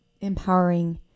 empowering